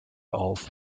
auf